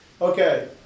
okay